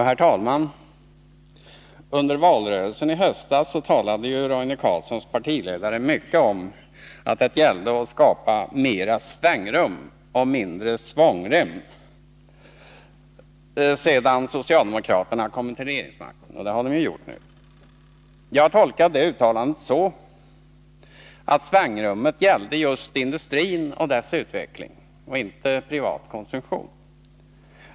Herr talman! Under valrörelsen i höstas talade Roine Carlssons partiledare mycket om att det gällde att skapa mer svängrum och mindre svångrem sedan socialdemokraterna kommit till regeringsmakten — och det har de ju gjort nu. Jag tolkar det uttalandet så att svängrummet gäller industrin och dess utveckling och inte den privata konsumtionen.